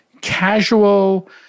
casual